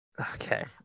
Okay